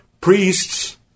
priests